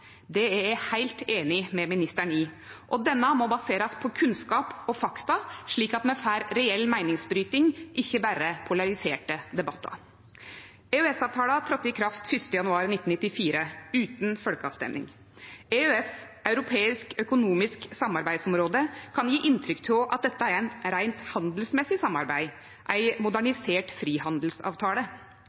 Det er eg heilt einig med ministeren i, og den må baserast på kunnskap og fakta, slik at me får reell meiningsbryting, ikkje berre polariserte debattar. EØS-avtala tredde i kraft 1. januar 1994, utan folkerøysting. EØS – det europeiske økonomiske samarbeidsområdet – kan gje inntrykk av at dette er eit reint handelsmessig samarbeid, ei modernisert frihandelsavtale.